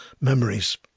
memories